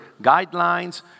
guidelines